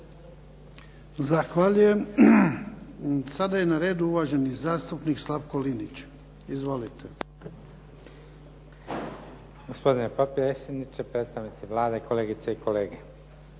Zahvaljujem. Sada je na redu uvaženi zastupnik Slavko Linić. Izvolite. **Linić, Slavko (SDP)** Gospodine potpredsjedniče, predstavnici Vlade, kolegice i kolege.